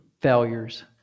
failures